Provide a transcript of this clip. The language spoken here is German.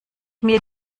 mir